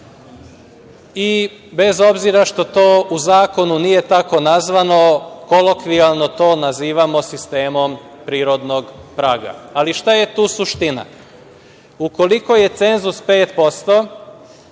i bez obzira što to u zakonu nije tako nazvano, kolokvijalno to nazivamo sistemom prirodnog praga. Ali šta je tu suština? Ukoliko je cenzus 5%,